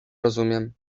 rozumiem